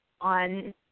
on